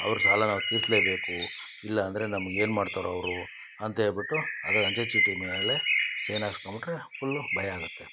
ಅವ್ರ ಸಾಲ ನಾವು ತೀರಿಸ್ಲೇಬೇಕು ಇಲ್ಲ ಅಂದರೆ ನಮ್ಗೆ ಏನು ಮಾಡ್ತಾರೋ ಅವರು ಅಂತ ಹೇಳ್ಬಿಟ್ಟು ಅದರ ಅಂಚೆ ಚೀಟಿ ಮೇಲೆ ಸೈನ್ ಹಾಕ್ಸ್ಕೊಂಡ್ಬಿಟ್ರೆ ಫುಲ್ಲು ಭಯ ಆಗುತ್ತೆ